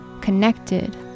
connected